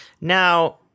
Now